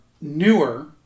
newer